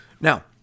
Now